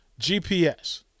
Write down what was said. GPS